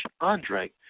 Andre